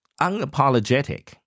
unapologetic